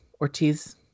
Ortiz